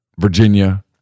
Virginia